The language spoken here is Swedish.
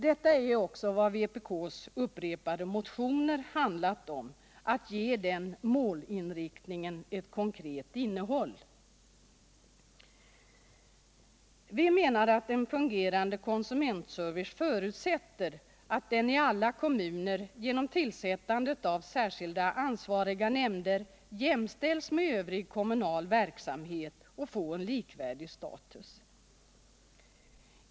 Detta är också vad våra upprepade motioner handlat om: att ge målinriktningen ett konkret innehåll. En fungerande konsumentservice förutsätter att den i alla kommuner genom tillsättandet av särskilda ansvariga nämnder jämställs med övrig kommunal verksamhet och får en likvärdig status.